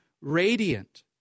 radiant